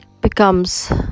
Becomes